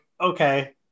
okay